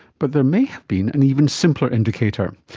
but there may have been an even simpler indicator.